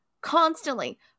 constantly